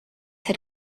had